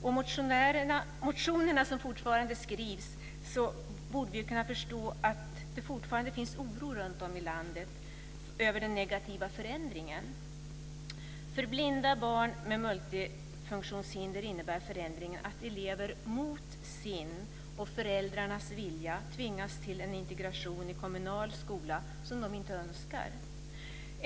Och av motionerna som fortfarande skrivs borde vi kunna förstå att det fortfarande finns oro runtom i landet över den negativa förändringen. För blinda barn med multifunktionshinder innebär förändringen att elever mot sin och föräldrarnas vilja tvingas till en integration i en kommunal skola som de inte önskar.